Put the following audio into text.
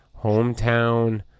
hometown